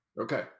Okay